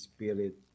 Spirit